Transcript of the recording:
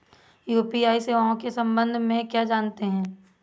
UPI सेवाओं के संबंध में क्या जानते हैं?